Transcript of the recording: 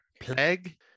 plague